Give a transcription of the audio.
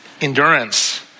Endurance